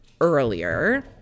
earlier